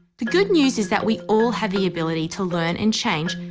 the good news is that we all have the ability to learn and change,